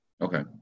okay